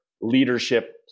leadership